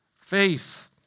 faith